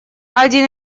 один